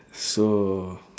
so